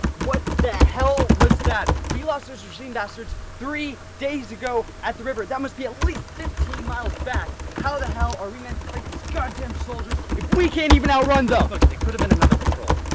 what the hell was that! we lost those regime bastards three days ago at the river! that must be at least fifteen miles back how the hell are we meant to fight godamn soldiers if we can't even outrun them! look, it could've been another patrol.